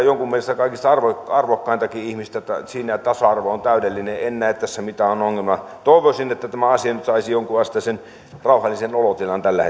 jonkun mielestä kaikista arvokkaintakin ihmistä siinä tasa arvo on täydellinen en näe tässä mitään ongelmaa toivoisin että tämä asia nyt saisi jonkunasteisen rauhallisen olotilan tällä